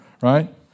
Right